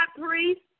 priest